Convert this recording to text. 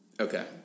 okay